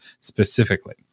specifically